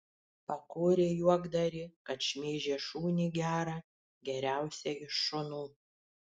pakorė juokdarį kad šmeižė šunį gerą geriausią iš šunų